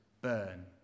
burn